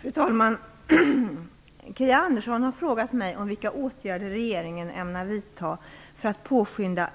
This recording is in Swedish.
Fru talman! Kia Andreasson har frågat mig om vilka åtgärder regeringen ämnar vidta för att påskynda